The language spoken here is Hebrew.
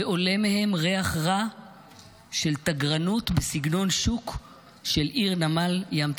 ועולה מהם ריח רע של תגרנות בסגנון שוק של עיר נמל ים תיכונית,